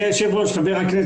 דבר.